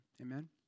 Amen